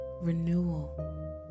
renewal